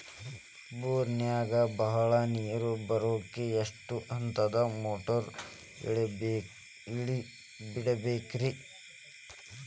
ಬೋರಿನಾಗ ಬಹಳ ನೇರು ಬರಾಕ ಎಷ್ಟು ಹಂತದ ಮೋಟಾರ್ ಇಳೆ ಬಿಡಬೇಕು ರಿ?